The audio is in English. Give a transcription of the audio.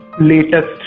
latest